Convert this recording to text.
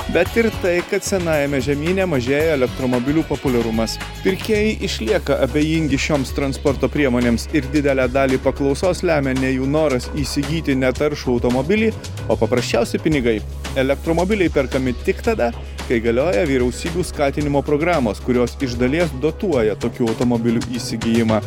bet ir tai kad senajame žemyne mažėja elektromobilių populiarumas pirkėjai išlieka abejingi šioms transporto priemonėms ir didelę dalį paklausos lemia ne jų noras įsigyti netaršų automobilį o paprasčiausi pinigai elektromobiliai perkami tik tada kai galioja vyriausybių skatinimo programos kurios iš dalies dotuoja tokių automobilių įsigijimą